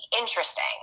interesting